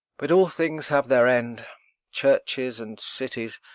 but all things have their end churches and cities,